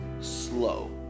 slow